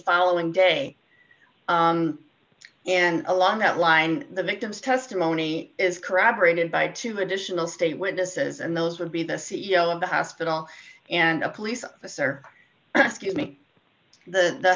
following day and along that line the victim's testimony is corroborated by two additional state witnesses and those would be the c e o of the hospital and a police officer excuse me the